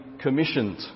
commissioned